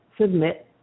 submit